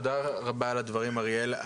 תודה רבה על הדברים, אריאל.